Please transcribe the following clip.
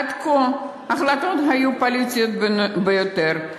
עד כה ההחלטות היו פוליטיות ביותר.